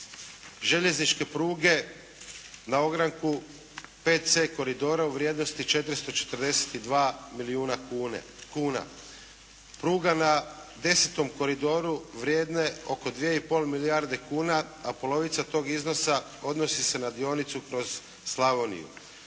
željezničke pruge na ogranku 5C koridora u vrijednosti 442 milijuna kuna, pruga na 10. koridoru vrijedna je oko 2,5 milijarde kuna a polovica tog iznosa odnosi se na dionicu kroz Slavoniju.